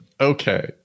okay